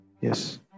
yes